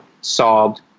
solved